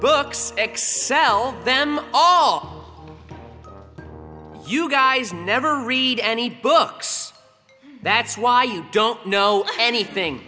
books excel them all you guys never read any books that's why you don't know anything